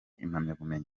impamyabumenyi